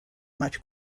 much